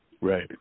right